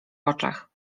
oczach